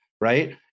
right